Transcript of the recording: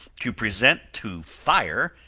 to present, to fire,